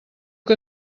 que